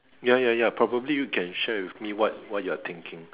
ya ya ya probably you can share with me what what you are thinking